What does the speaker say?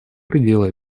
пределы